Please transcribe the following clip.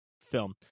film